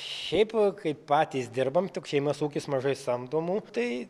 šiaip kaip patys dirbam šeimos ūkis mažai samdomų tai